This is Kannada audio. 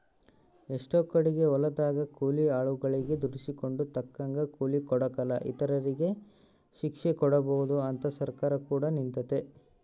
ಎಷ್ಟೊ ಕಡಿಗೆ ಹೊಲದಗ ಕೂಲಿ ಆಳುಗಳಗೆ ದುಡಿಸಿಕೊಂಡು ತಕ್ಕಂಗ ಕೂಲಿ ಕೊಡಕಲ ಇಂತರಿಗೆ ಶಿಕ್ಷೆಕೊಡಬಕು ಅಂತ ಸರ್ಕಾರ ಕೂಡ ನಿಂತಿತೆ